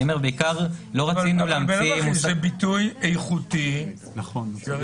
בעיקר לא רצינו להמציא מושג -- מעבר לכך זה ביטוי איכותי שהרגולטור